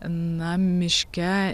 na miške